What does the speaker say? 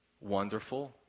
wonderful